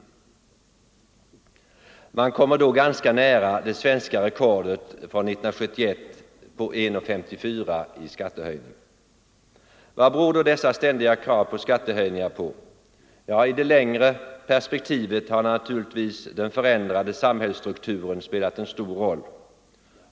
Man kommer då ganska nära det svenska rekordet från 1971 på 1 krona och 54 öre. Vad beror då dessa ständiga krav på skattehöjningar på? I det längre perspektivet har naturligtvis den förändrade samhällsstrukturen spelat en stor roll.